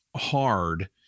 hard